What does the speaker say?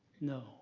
No